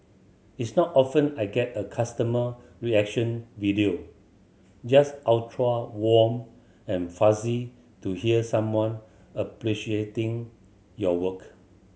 it's not often I get a customer reaction video just ultra warm and fuzzy to hear someone appreciating your work